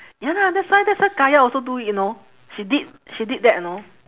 ya lah that's why that's why kaya also do it you know she did she did that you know